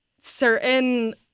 certain